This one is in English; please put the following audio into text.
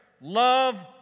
love